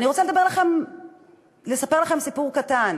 אני רוצה לספר לכם סיפור קטן,